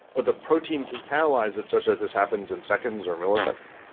ah the protein can catalyze it such that this happens in seconds or milliseconds.